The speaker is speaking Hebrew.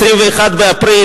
ב-21 באפריל,